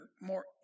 more